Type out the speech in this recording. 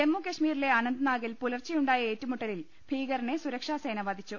ജമ്മു കശ്മീരിലെ അനന്ത് നാഗിൽ പുലർച്ചെ ഉണ്ടായ ഏറ്റുമുട്ടലിൽ ഭീകരനെ സുരക്ഷാസേന വധിച്ചു